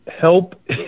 help